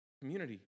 community